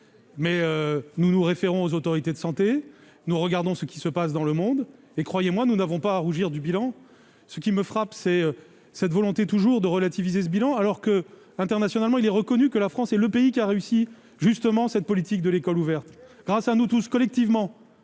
mais nous nous référons aux autorités de santé, nous étudions ce qui se passe dans le monde et, croyez-moi, nous n'avons pas à rougir de notre bilan. Ce qui me frappe au contraire, c'est cette volonté de toujours relativiser ce bilan, alors qu'il est internationalement reconnu que la France est le pays ayant réussi cette politique de l'école ouverte, grâce à nous tous, collectivement,